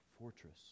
fortress